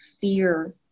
Fear